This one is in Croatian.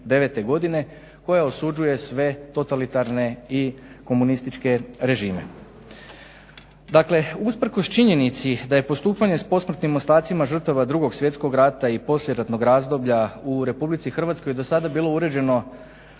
koja osuđuje sve totalitarne i komunističke režime. Dakle usprkos činjenici da je postupanje s posmrtnim ostacima žrtava Drugog svjetskog rata i poslijeratnog razdoblja u Republici Hrvatskoj do sada bilo uređeno